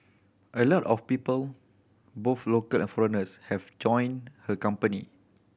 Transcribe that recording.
a lot of people both local and foreigners have enjoyed her company